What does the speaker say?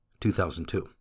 2002